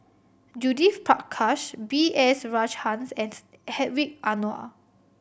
Judith Prakash B S Rajhans and Hedwig Anuar